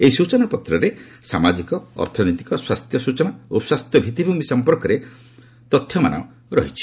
ଏହି ସ୍ଟଚନା ପତ୍ରରେ ଦେଶର ସାମାଜିକ ଅର୍ଥନୈତିକ ସ୍ୱାସ୍ଥ୍ୟ ସୂଚନା ଓ ସ୍ୱାସ୍ଥ୍ୟ ଭିତ୍ତିଭୂମି ସମ୍ପର୍କରେ ସ୍ବଚନା ରହିଛି